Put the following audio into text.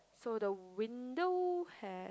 so the window has